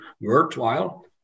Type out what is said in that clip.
worthwhile